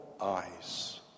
eyes